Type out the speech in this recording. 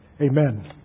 Amen